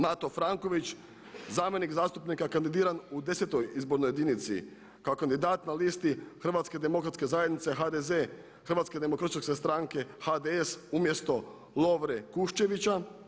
Mato Franković zamjenik zastupnika kandidiran u 10. izbornoj jedinici kao kandidat na listi Hrvatske demokratske zajednice HDZ, Hrvatske demokršćanske stranke HDS umjesto Lovre Kuščevića.